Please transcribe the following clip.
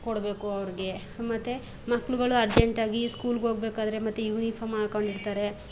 ಕೊಡಬೇಕು ಅವ್ರಿಗೆ ಮತ್ತು ಮಕ್ಕಳುಗಳು ಅರ್ಜೆಂಟಾಗಿ ಸ್ಕೂಲಿಗೋಗ್ಬೇಕಾದ್ರೆ ಮತ್ತು ಯೂನಿಫಾಮ್ ಹಾಕ್ಕೊಂಡಿರ್ತಾರೆ